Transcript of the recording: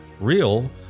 Real